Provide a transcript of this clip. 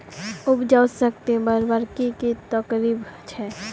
उपजाऊ शक्ति बढ़वार की की तरकीब छे?